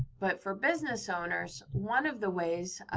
but for business owners, one of the ways